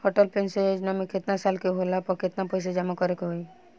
Atal pension Yojana मे केतना साल के होला पर केतना पईसा जमा करे के होई?